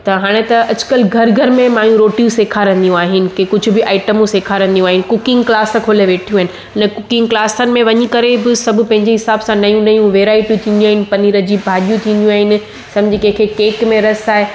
त हाणे त अॼुकल्ह घर घर में माईयूं रोटियूं सेखारींदियूं आहिनि के कुझु बि आइटमूं सिखारींंदियूं आहिनि कुकिंग क्लास खोले वेठियूं आहिनि ले कुकिंग क्लासनि में बि वञी करे बि सभु पंहिंजे हिसाब सां नयूं नयूं वेराइटियूं थींदियूं आहिनि पनीर जी भाॼियूं थींदियूं आहिनि सम्झि कंहिंखे केक में रस आहे